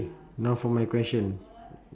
now for my question